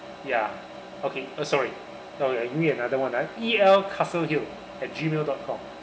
ya okay uh sorry oh ya give you another one ah E L castle hill at gmail dot com